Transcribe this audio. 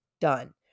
done